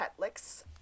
Petlick's